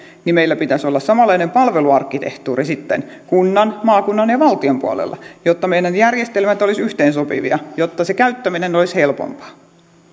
niin meillä pitäisi sitten olla samanlainen palveluarkkitehtuuri kunnan maakunnan ja ja valtion puolella jotta meidän järjestelmät olisivat yhteensopivia jotta se käyttäminen olisi helpompaa